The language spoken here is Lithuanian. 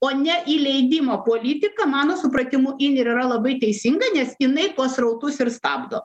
o neįleidimo politika mano supratimu ir yra labai teisinga nes jinai tuos srautus ir stabdo